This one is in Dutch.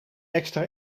extra